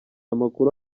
amakuru